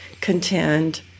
contend